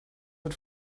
mit